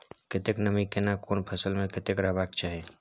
कतेक नमी केना कोन फसल मे कतेक रहबाक चाही?